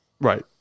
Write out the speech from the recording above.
Right